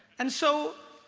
and so